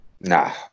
Nah